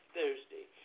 Thursday